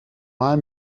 mal